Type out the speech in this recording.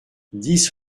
dix